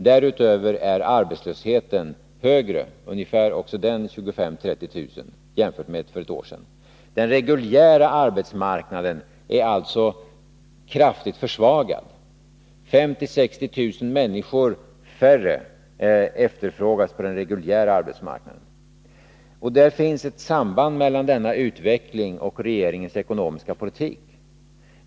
Därutöver är arbetslösheten högre — också där gäller det 25 000-30 000 fler människor — än för ett år sedan. Den reguljära arbetsmarknaden är alltså kraftigt försvagad. 50 000-60 000 färre människor efterfrågas på den reguljära arbetsmarknaden. Det finns ett samband mellan denna utveckling och regeringens ekonomiska politik.